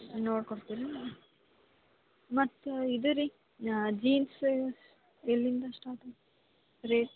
ನೋಡ್ಕೊಡ್ತೀನಿ ಮತ್ತು ಇದು ರೀ ಜೀನ್ಸ ಎಲ್ಲಿಂದ ಸ್ಟಾರ್ಟು ರೇಟ್